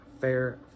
Fair